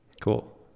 Cool